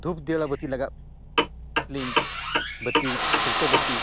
ᱫᱷᱩᱯ ᱫᱤᱭᱟᱹᱲᱟ ᱵᱟᱹᱛᱤ ᱞᱟᱜᱟᱣ ᱞᱤᱧ ᱵᱟᱹᱛᱤ ᱥᱩᱞᱛᱟᱹ ᱵᱟᱹᱛᱤ